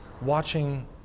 watching